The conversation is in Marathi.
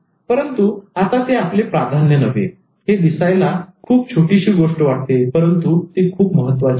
परंतु आता ते आपले प्राधान्य नव्हे हे दिसायला खूप छोटीशी गोष्ट वाटते परंतु ती खूप महत्त्वाची आहे